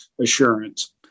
assurance